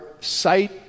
sight